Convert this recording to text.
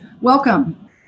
Welcome